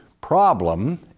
problem